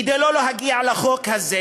כדי לא להגיע לחוק הזה